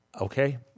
okay